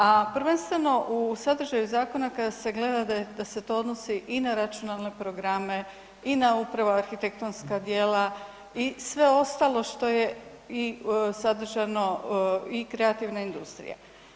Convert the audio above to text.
A prvenstveno u sadržaju zakona kad se gleda da se to odnosi i na računalne programe i na upravo arhitektonska djela i sve ostalo što je i sadržano i kreativna industrija.